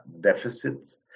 deficits